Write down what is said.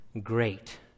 great